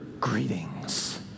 greetings